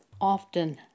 often